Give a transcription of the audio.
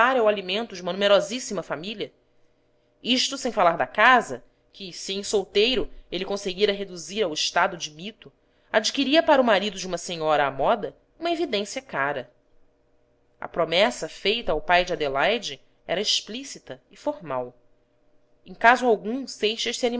de uma numerosíssima família isto sem falar da casa que se em solteiro ele conseguira reduzir ao estado de mito adquiria para o marido de uma senhora à moda uma evidência cara a promessa feita ao pai de adelaide era explícita e formal em caso algum